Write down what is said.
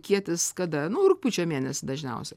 kietis kada nu rugpjūčio mėnesį dažniausiai